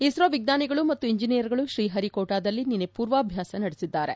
ಇಸ್ತೋ ವಿಜ್ಞಾನಿಗಳು ಮತ್ತು ಎಂಜಿನಿಯರ್ ಗಳು ಶ್ರೀಹರಿಕೋಟಾದಲ್ಲಿ ನಿನ್ನೆ ಪೂರ್ವಾಭ್ಯಾಸ ನಡೆಸಿದ್ದಾರೆ